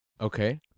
Okay